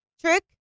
trick